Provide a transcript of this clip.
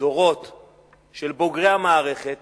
דורות של בוגרי המערכת